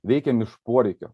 veikiam iš poreikio